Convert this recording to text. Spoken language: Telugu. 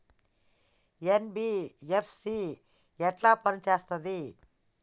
ఎన్.బి.ఎఫ్.సి ఎట్ల పని చేత్తది?